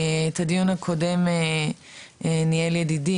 את הדיון הקודם ניהל ידידי,